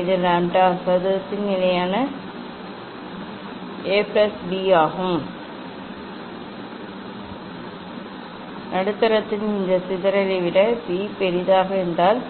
இது லாம்ப்டா சதுரத்தின் நிலையான A பிளஸ் B ஆகும் நடுத்தரத்தின் இந்த சிதறலை விட B பெரிதாக இருந்தால்